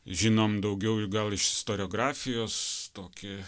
žinom daugiau gal iš istoriografijos tokį